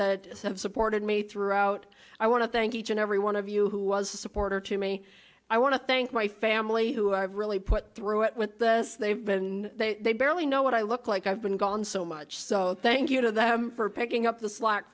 have supported me throughout i want to thank each and every one of you who was a supporter to me i want to thank my family who have really put through it with this they've been they barely know what i look like i've been gone so much so thank you to them for picking up the slack